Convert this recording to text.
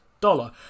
dollar